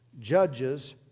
Judges